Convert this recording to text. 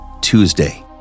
Tuesday